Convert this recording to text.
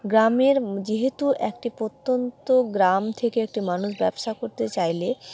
গ্রামের যেহেতু একটি প্রত্যন্ত গ্রাম থেকে একটি মানুষ ব্যবসা করতে চাইলে